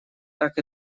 так